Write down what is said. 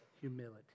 humility